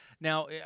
Now